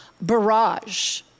barrage